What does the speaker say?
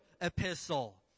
Epistle